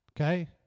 okay